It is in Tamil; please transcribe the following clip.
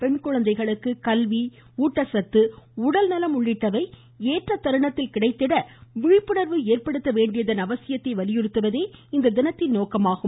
பெண் குழந்தைகளுக்குத் கல்வி ஊட்டச்சத்து உடல்நலம் உள்ளிட்டவை ஏற்றத் தருணத்தில் கிடைத்திட விழிப்புணர்வு ஏற்படுத்த வேண்டியதின் அவசியத்தை வலியுறுத்துவதே இத்தினத்தின் நோக்கமாகும்